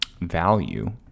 value